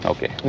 Okay